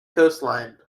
coastline